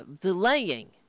delaying